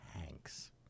Hanks